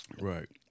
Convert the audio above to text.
Right